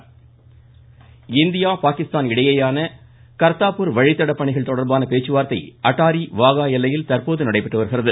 பேச்சுவார்த்தை இந்தியா பாகிஸ்தான் இடையேயான கர்தாப்பூர் வழித்தட பணிகள் தொடர்பான பேச்சுவார்த்தை அட்டாரி வாகா எல்லையில் தற்போது நடைபெற்று வருகிறது